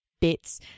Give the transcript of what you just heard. bits